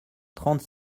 trente